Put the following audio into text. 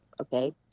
Okay